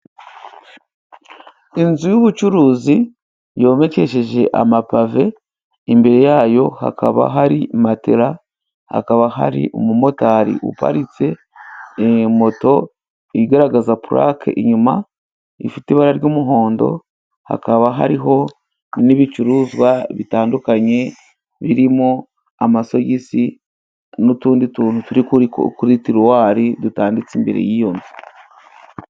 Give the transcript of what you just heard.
Inzu y'ubucuruzi，yomekesheje amapave， imbere yayo hakaba hari matera, hakaba hari umumotari uparitse moto， igaragaza purake inyuma， ifite ibara ry'umuhondo， hakaba hariho n'ibicuruzwa bitandukanye，birimo amasogisi，n'utundi tuntu turi kuri tiruwari，dutanditse muri iyo nzu.